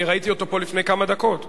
אני ראיתי אותו פה לפני כמה דקות.